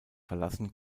verlassen